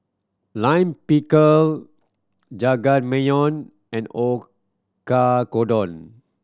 Lime Pickle Jajangmyeon and O